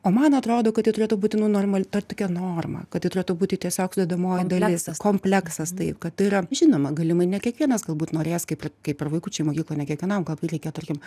o man atrodo kad tai turėtų būti nu normal ta tokia norma kad tai turėtų būti tiesiog sudedamoji dalis kompleksas taip kad tai yra žinoma galimai ne kiekvienas galbūt norės kaip kaip ir vaikučiai mokykloj ne kiekvienam galbūt reikia tarkim